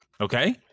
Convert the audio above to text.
Okay